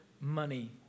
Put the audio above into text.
money